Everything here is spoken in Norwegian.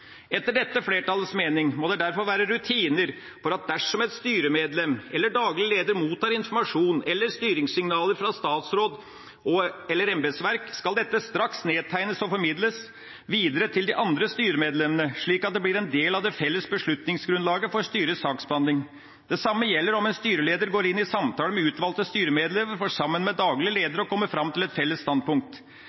Etter dette flertallets mening må det derfor være rutiner for at dersom et styremedlem eller en daglig leder mottar informasjon eller styringssignaler fra statsråd eller embetsverk, skal dette straks nedtegnes og formidles videre til de andre styremedlemmene, slik at det blir en del av det felles beslutningsgrunnlaget for styrets saksbehandling. Det samme gjelder om en styreleder går inn i samtaler med utvalgte styremedlemmer for sammen med daglig leder å komme fram til et felles standpunkt.